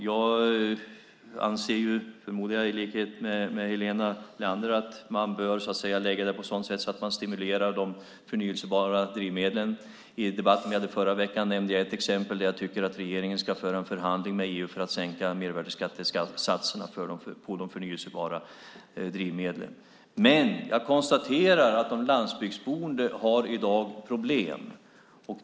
Jag anser, förmodligen i likhet med Helena Leander, att man bör lägga det på sådant sätt att man stimulerar de förnybara drivmedlen. I debatten som vi hade förra veckan nämnde jag att jag tycker att regeringen ska föra en förhandling med EU för att sänka mervärdesskattesatserna på de förnybara drivmedlen. Men jag konstaterar att de landsbygdsboende i dag har problem.